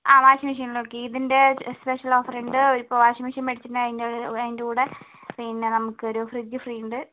ആ വാഷിങ്ങ് മെഷീനിലോക്കെ ഈദിൻ്റെ സ്പെഷ്യൽ ഓഫറുണ്ട് ഇപ്പോൾ വാഷിങ്ങ് മെഷീൻ മേടിച്ചിട്ടുണ്ടെങ്കിൽ അതിൻ്റെ അതിൻ്റെ കൂടെ പിന്നെ നമുക്കൊരു ഫ്രിഡ്ജ് ഫ്രീ ഉണ്ട്